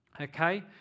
okay